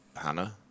Hannah